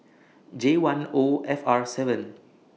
J one O F R seven